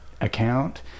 account